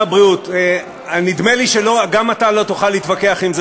אני חושב שברגע שאמרתי את זה,